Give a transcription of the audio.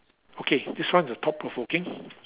okay this one is a thought provoking